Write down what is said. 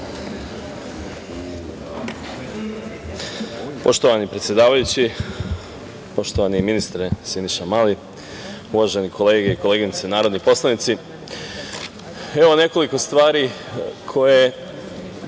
Poštovani predsedavajući, poštovani ministre Siniša Mali, uvažene kolege i koleginice narodni poslanici, evo nekoliko stvari koje